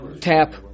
tap